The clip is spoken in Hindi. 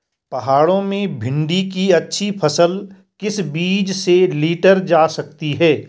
पहाड़ों में भिन्डी की अच्छी फसल किस बीज से लीटर जा सकती है?